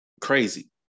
crazy